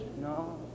No